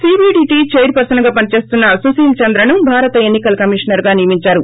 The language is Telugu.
సీబీడీటీ చైర్ పర్పన్గా పని చేస్తున్న సుశీల్ చంద్రను భారత ఎన్ని కల కమిషనర్గా ఈరోజు నియమిందారు